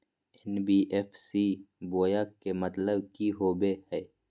NBFC बोया के मतलब कि होवे हय?